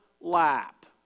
lap